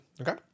okay